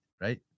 right